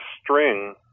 string